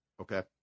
Okay